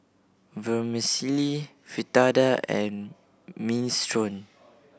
Vermicelli Fritada and Minestrone